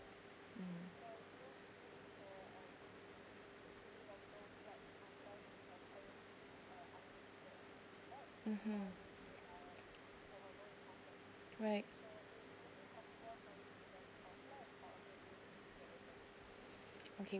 mm mmhmm right